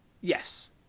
Yes